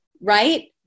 Right